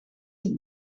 het